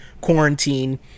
quarantine